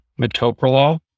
Metoprolol